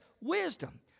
wisdom